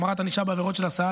החמרת הענישה בעבירות של הסעה,